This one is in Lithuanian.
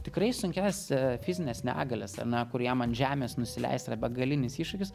tikrai sunkias fizines negalias ane kuriem ant žemės nusileisti yra be galinis iššūkis